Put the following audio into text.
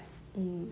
mm